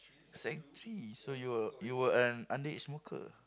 sec three so you were you were an underage smoker